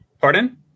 Pardon